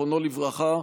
זיכרונו לברכה,